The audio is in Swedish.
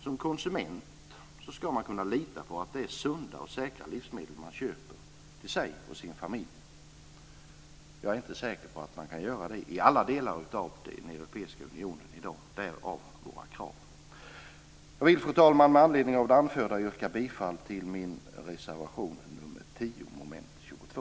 Som konsument ska man kunna lita på att det är sunda och säkra livsmedel man köper till sig och sin familj. Jag är inte säker på att man kan göra det i alla delar av den europeiska unionen i dag, därav våra krav. Fru talman! Jag vill med anledning av det anförda yrka bifall till min reservation 10 under mom. 22.